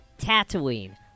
Tatooine